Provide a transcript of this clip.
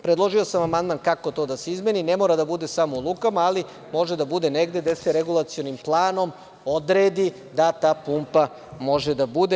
Predložio sam amandman kako da se to izmeni, ne mora da bude samo u lukama, ali može da bude negde gde se regulacionim planom odredi da ta pumpa može da bude.